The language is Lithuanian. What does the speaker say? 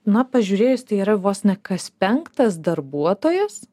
na pažiūrėjus tai yra vos ne kas penktas darbuotojas